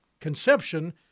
conception